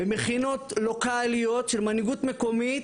במכינות לוקאליות של מנהיגות מקומית,